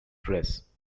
press